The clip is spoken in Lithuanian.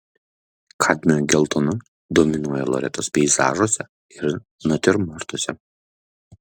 kadmio geltona dominuoja loretos peizažuose ir natiurmortuose